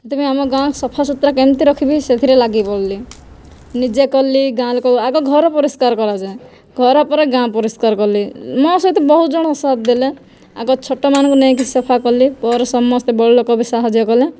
ସେଥିପାଇଁ ଆମ ଗାଁ ସଫା ସୁତୁରା କେମିତି ରଖିବି ସେଥିରେ ଲାଗି ପଡ଼ିଲି ନିଜେ କଲି ଗାଁ ଲୋକ ଆଗ ଘର ପରିଷ୍କାର କରାଯାଏ ଘର ପରେ ଗାଁ ପରିଷ୍କାର କଲି ମୋ ସହିତ ବହୁତ ଜଣ ସାଥ୍ ଦେଲେ ଆଗ ଛୋଟମାନଙ୍କୁ ନେଇକି ସଫା କଲି ପରେ ସମସ୍ତେ ବଡ଼ ଲୋକ ବି ସାହାଯ୍ୟ କଲେ